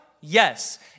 Yes